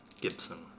Gibson